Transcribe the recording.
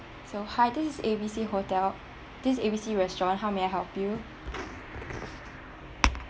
so hi this is A B C hotel this is A B C restaurant how may I help you